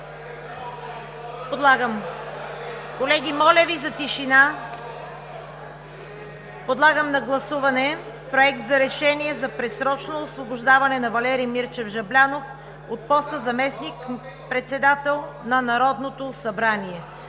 Шум.) Колеги, моля Ви за тишина! Подлагам на гласуване Проект за решение за предсрочно освобождаване на Валери Мирчев Жаблянов от поста заместник-председател на Народното събрание.